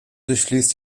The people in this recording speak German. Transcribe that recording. durchfließt